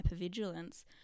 hypervigilance